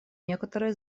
некоторые